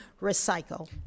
recycle